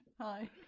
Hi